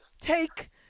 take